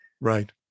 Right